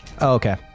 Okay